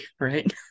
right